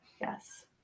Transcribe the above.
Yes